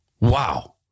Wow